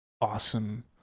Awesome